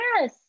Yes